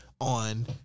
on